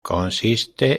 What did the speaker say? consiste